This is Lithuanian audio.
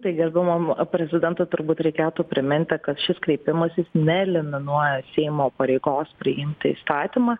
tai gerbiamam prezidentui turbūt reikėtų priminti kad šis kreipimasis neeliminuoja seimo pareigos priimti įstatymą